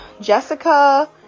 Jessica